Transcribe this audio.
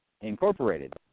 incorporated